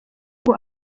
ngo